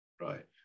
Right